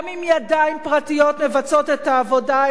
גם אם ידיים פרטיות מבצעות את העבודה,